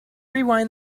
rewind